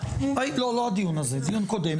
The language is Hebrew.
לא לא הדיון הזה הדיון קודם,